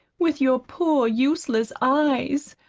with your poor useless eyes!